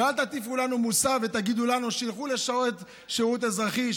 ואל תטיפו לנו מוסר ותגידו לנו שילכו לשרת שירות אזרחי,